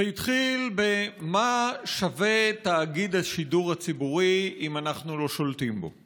זה התחיל ב"מה שווה תאגיד השידור הציבורי אם אנחנו לא שולטים בו";